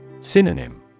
Synonym